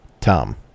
Tom